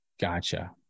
gotcha